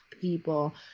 people